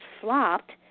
flopped